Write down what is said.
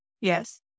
Yes